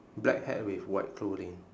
black hat with white clothing